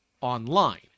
online